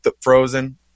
Frozen